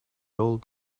old